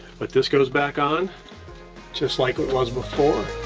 but this goes back on just like it was before.